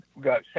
got